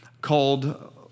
called